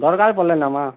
ଦରକାର୍ ପଡ଼୍ଲେ ନେମା